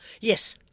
Yes